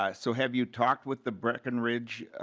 ah so have you talked with the breckenridge